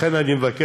לכן אני מבקש,